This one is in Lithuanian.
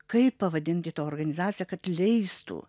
kaip pavadinti tą organizaciją kad leistų